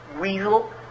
weasel